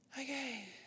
Okay